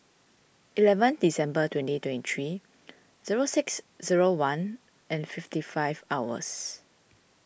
eleven December twenty twenty three zero six zero one and fifty five hours